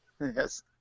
Yes